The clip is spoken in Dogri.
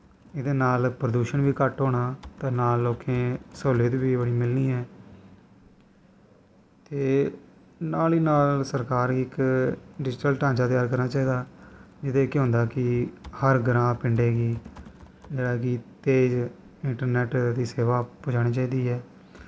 एह्दे नाल प्रदूशन बी घट्ट होना तो नाल लोकें सहूलियत बी बड़ी मिलनी ऐ ते नाल ई नाल सरकार गी इक डिजटल ढांचा त्यार करना चाही दा एह्दै नै केह् होंदा कि हर ग्रांऽ पिंडे गी जेह्ड़ा कि तेज़ इंट्रनैट दी सेवा पज़ानी चाही दी ऐ